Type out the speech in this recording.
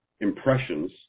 impressions